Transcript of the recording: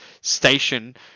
station